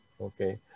Okay